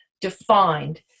defined